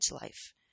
life